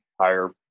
higher